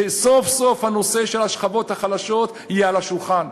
שסוף-סוף הנושא של השכבות החלשות יהיה על השולחן,